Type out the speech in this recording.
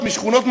שכונות?